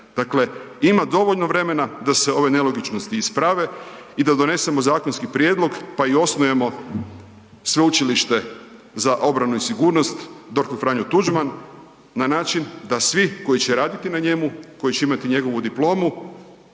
Dakle, ima dovoljno vremena da se ove nelogičnosti isprave i da donesemo zakonski prijedlog, pa i osnujemo Sveučilište za obranu i sigurnost „Dr. Franjo Tuđman“ na način da svi koji će raditi na njemu, koji će imati njegovu diplomu,